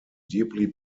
deeply